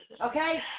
Okay